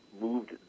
moved